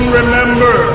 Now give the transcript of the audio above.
remember